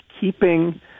keeping